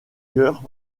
cœur